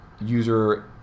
user